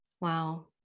Wow